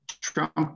Trump